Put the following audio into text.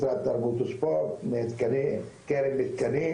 משרד התרבות והספורט וקרן מתקנים.